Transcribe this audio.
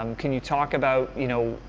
um can you talk about, you know,